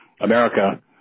America